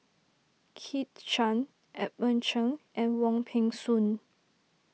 Kit Chan Edmund Cheng and Wong Peng Soon